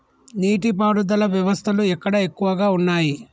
నీటి పారుదల వ్యవస్థలు ఎక్కడ ఎక్కువగా ఉన్నాయి?